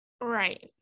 Right